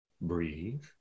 Breathe